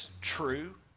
true